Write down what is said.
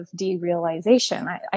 derealization